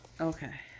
Okay